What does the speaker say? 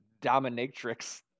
dominatrix